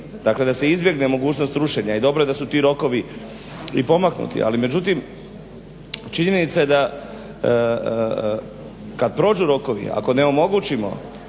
dakle da se izbjegne mogućnost rušenja. I dobro je da su ti rokovi i pomaknuti. Ali međutim, činjenica je da kad prođu rokovi ako ne omogućimo